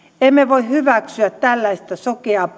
emme voi hyväksyä tällaista sokeaa